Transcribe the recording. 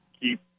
keep